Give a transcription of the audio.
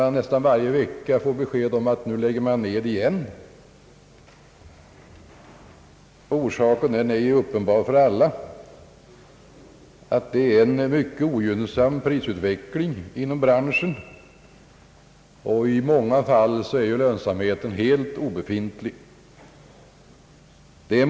Nästan varje vecka får vi besked om nya nedläggningar, och orsaken är uppenbar för alla: det är en mycket ogynnsam prisutveckling inom branschen. I många fall är lönsamheten helt obefintlig.